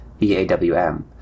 BAWM